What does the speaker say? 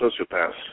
sociopaths